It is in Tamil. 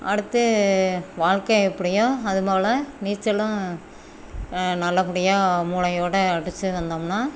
அடுத்து வாழ்க்கை எப்படியோ அதுபோல் நீச்சலும் நல்லபடியாக மூளையோடு அடிச்சுருந்தோம்னா